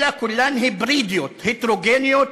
אלא כולן היברידיות, הטרוגניות,